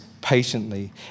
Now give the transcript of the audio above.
patiently